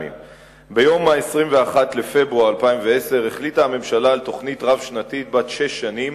ביום 21 בפברואר 2010 החליטה הממשלה על תוכנית רב-שנתית בת שש שנים,